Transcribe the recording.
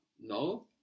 no